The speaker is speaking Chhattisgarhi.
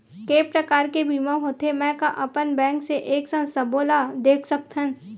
के प्रकार के बीमा होथे मै का अपन बैंक से एक साथ सबो ला देख सकथन?